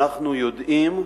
שאנחנו יודעים,